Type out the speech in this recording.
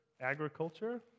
agriculture